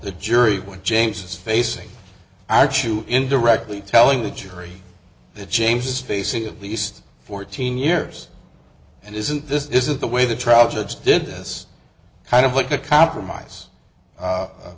the jury when james is facing aren't you indirectly telling the jury that james is facing at least fourteen years and isn't this isn't the way the trial judge did this kind of like a compromise